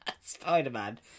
Spider-Man